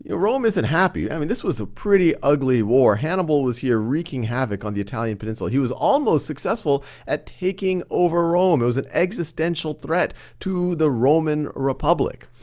ah rome isn't happy. i mean this was a pretty ugly war. hannibal was here wreaking havoc on the italian peninsula. he was almost successful at taking over rome. he was an existential threat to the roman republic.